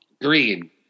Green